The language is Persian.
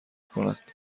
کند